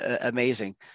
amazing